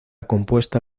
compuesta